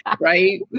right